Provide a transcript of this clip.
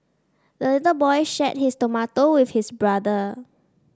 the little boy shared his tomato with his brother